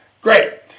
great